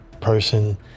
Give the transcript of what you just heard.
person